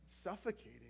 suffocating